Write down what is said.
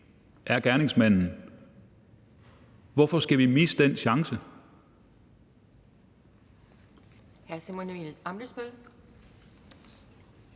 fra gerningsmanden? Hvorfor skal vi misse den chance? Kl. 12:58 Anden